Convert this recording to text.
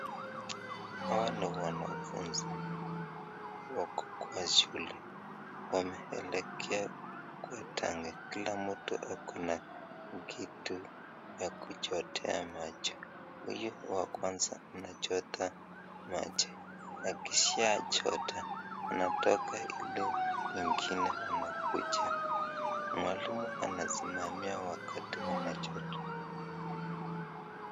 Hawa ni wanafunzi, wako kwa shule wameelekea kwa tangi kila mtu kuna kitu ya kuchotea maji. Huyu wa kwanza anachota maji akishachota, anatoka ili wengine wanakuja, mwalimu anasimamia wakati wanachota.